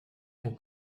font